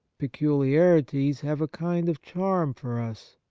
peculiarities have a kind of charm for us.